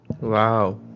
Wow